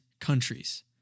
countries